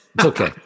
Okay